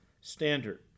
standard